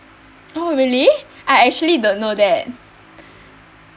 oh really I actually don't know that